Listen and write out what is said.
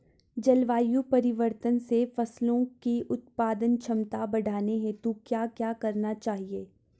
जलवायु परिवर्तन से फसलों की उत्पादन क्षमता बढ़ाने हेतु क्या क्या करना चाहिए?